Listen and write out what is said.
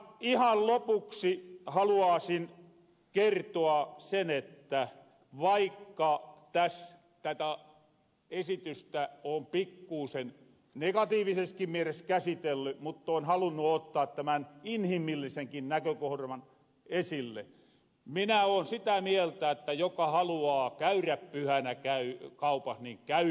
ihan lopuksi haluaasin kertoa sen että vaikka täs tätä esitystä oon pikkuusen negatiiviseskin mieles käsitelly oon halunnu ottaa tämän inhimillisenki näkökohran esille minä oon sitä mieltä että joka haluaa käyrä pyhänä kaupas niin käyköhön